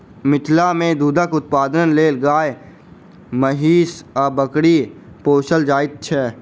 मिथिला मे दूधक उत्पादनक लेल गाय, महीँस आ बकरी पोसल जाइत छै